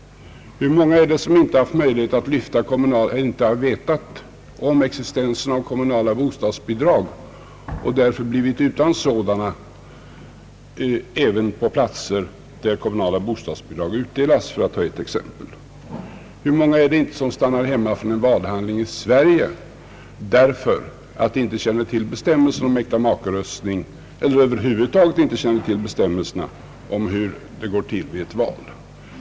Hur många är det inte som varit ovetande om existensen av kommunala bostadsbidrag och därför blivit utan sådana även på platser där kommunala bostadsbidrag utdelas, för att ta ett exempel? Hur många är det inte som stannar hemma från en valhandling i Sverige därför att de inte känner till bestämmelsen om äktamakeröstning eller över huvud taget inte känner till bestämmelserna om hur det går till vid ett val?